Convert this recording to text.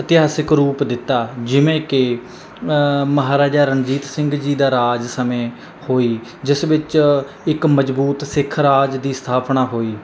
ਇਤਿਹਾਸਿਕ ਰੂਪ ਦਿੱਤਾ ਜਿਵੇਂ ਕਿ ਮਹਾਰਾਜਾ ਰਣਜੀਤ ਸਿੰਘ ਜੀ ਦੇ ਰਾਜ ਸਮੇਂ ਹੋਈ ਜਿਸ ਵਿੱਚ ਇੱਕ ਮਜ਼ਬੂਤ ਸਿੱਖ ਰਾਜ ਦੀ ਸਥਾਪਨਾ ਹੋਈ